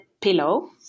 pillow